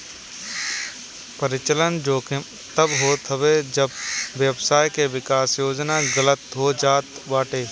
परिचलन जोखिम तब होत हवे जब व्यवसाय के विकास योजना गलत हो जात बाटे